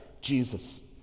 Jesus